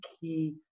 key